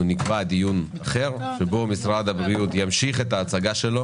אנחנו נקבע דיון אחר שבו משרד הבריאות ימשיך את ההצגה שלו.